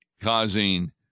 causing